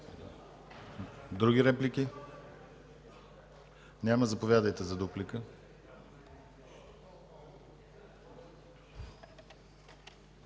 Други реплики? Няма. Заповядайте за дуплика.